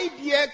idea